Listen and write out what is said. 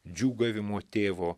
džiūgavimo tėvo